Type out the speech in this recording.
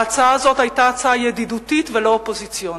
ההצעה הזאת היתה הצעה ידידותית ולא אופוזיציונית,